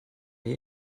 der